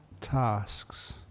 tasks